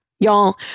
Y'all